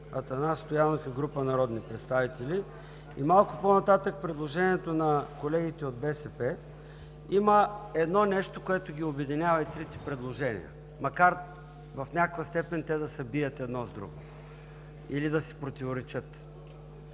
Атанас Стоянов и група народни представители, и малко по-нататък – предложението на колегите от БСП, има едно нещо, което ги обединява. В трите предложения, макар в някаква степен те да се бият едно с друго или да си противоречат,